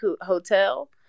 hotel